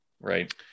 right